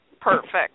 perfect